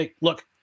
Look